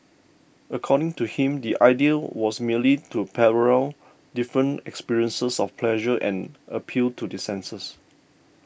according to him the idea was merely to parallel different experiences of pleasure and appeal to the senses